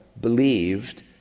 believed